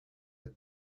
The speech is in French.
est